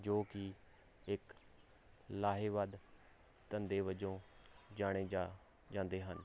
ਜੋ ਕਿ ਇੱਕ ਲਾਹੇਵੰਦ ਧੰਦੇ ਵਜੋਂ ਜਾਣੇ ਜਾ ਜਾਂਦੇ ਹਨ